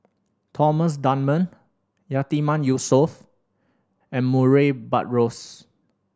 Thomas Dunman Yatiman Yusof and Murray Buttrose